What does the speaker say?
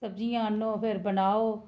सब्जियां आह्नो फिर बनाओ